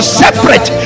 separate